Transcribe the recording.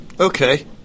Okay